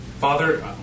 father